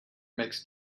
makes